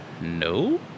no